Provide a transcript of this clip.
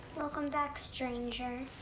welcome back, stranger.